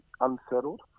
unsettled